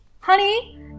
Honey